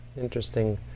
interesting